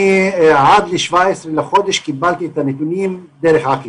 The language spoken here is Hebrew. עד 17 לחודש קיבלתי את הנתונים בדרך עקיפה,